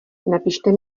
napište